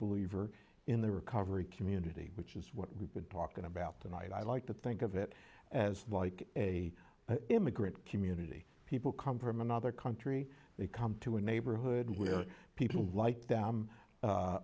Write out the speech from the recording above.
believer in the recovery community which is what we've been talking about tonight i like to think of it as like a immigrant community people come from another country they come to a neighborhood where people like them